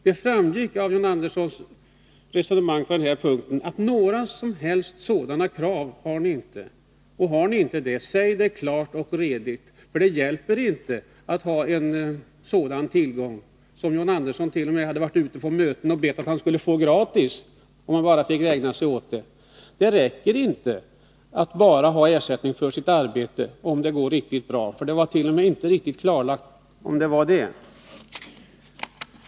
Det framgick av John Anderssons resonemang på den här punkten att ni inte har några som helst sådana krav. Har ni inte det — så säg det klart och redigt. Det hjälper inte att ha en sådan tillgång, som John Andersson t.o.m. hade varit ute på möten och bett att få gratis, om han bara fick ägna sig åt detta. Det räcker inte att bara ha ersättning för sitt arbete, om det går riktigt bra.